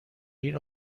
این